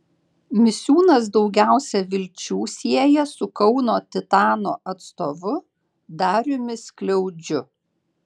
misiūnas daugiausia vilčių sieja su kauno titano atstovu dariumi skliaudžiu